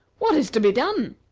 what is to be done?